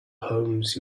homes